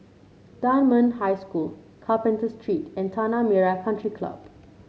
Dunman High School Carpenter Street and Tanah Merah Country Club